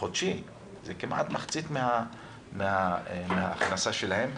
חודשי שזה כמעט מחצית של ההכנסה שלהם.